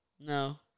No